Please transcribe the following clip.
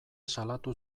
salatu